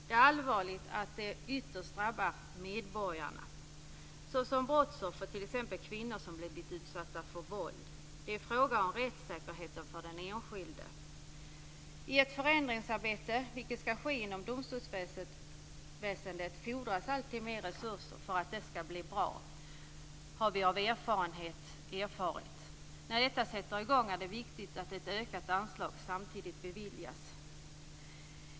Det är allvarligt att det ytterst drabbar medborgarna som brottsoffer, t.ex. kvinnor som har blivit utsatta för våld. Det är fråga om rättssäkerheten för den enskilde. I ett förändringsarbete, vilket ska ske inom domstolsväsendet, fordras alltid mer resurser för att det ska bli bra. Det vet vi av erfarenhet. När detta sätter i gång är det viktigt att ett ökat anslag samtidigt beviljas.